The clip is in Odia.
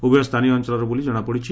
ଉଭୟ ସ୍ଛାନୀୟ ଅଞ୍ଞଳର ବୋଲି ଜଣାପଡ଼ିଛି